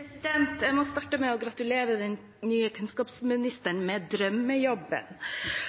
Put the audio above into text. Jeg må starte med å gratulere den nye kunnskapsministeren med drømmejobben! Antallet ufaglærte lærere har økt med